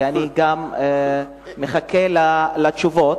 ואני גם מחכה לתשובות,